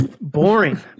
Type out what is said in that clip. Boring